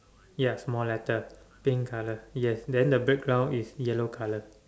ya small letter pink colour then the background is yellow colour